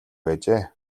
байжээ